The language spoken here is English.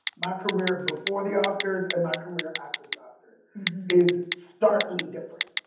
my career before the oscars and my career after the oscars is starkly different